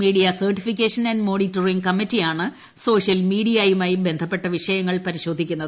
media certification and monitoring കമ്മിറ്റിയാണ് social മീഡിയയുമായി ബന്ധപ്പെട്ട വിഷയങ്ങൾ പരിശോധിക്കുന്നത്